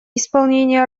исполнение